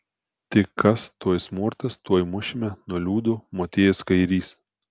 tik kas tuoj smurtas tuoj mušime nuliūdo motiejus kairys